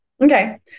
Okay